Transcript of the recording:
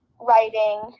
writing